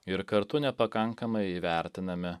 ir kartu nepakankamai įvertiname